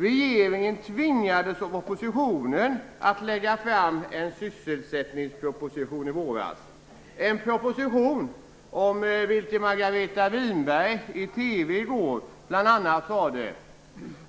Regeringen tvingades av oppositionen att i våras lägga fram en sysselsättningsproposition, en proposition om vilken Margareta Winberg i TV i går bl.a. sade: